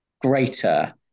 greater